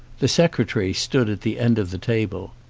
the secre tary stood at the end of the table.